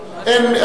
אין.